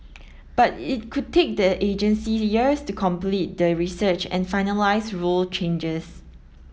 but it could take the agency years to complete the research and finalise rule changes